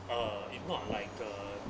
uh if not like uh